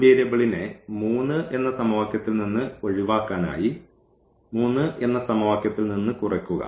വേരിയബിളിനെ 3 എന്ന സമവാക്യത്തിൽ നിന്ന് ഒഴിവാക്കാൻ ആയി 3 എന്ന സമവാക്യത്തിൽ നിന്ന് കുറയ്ക്കുക